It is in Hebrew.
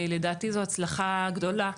לדעתי מדובר בהצלחה גדולה.